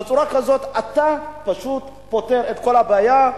בצורה כזאת אתה פשוט פותר את כל הבעיה.